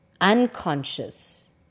unconscious